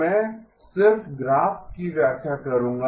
तो मैं सिर्फ ग्राफ की व्याख्या करूंगा